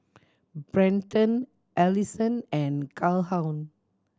Brenton Alyson and Calhoun